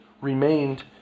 remained